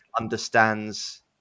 understands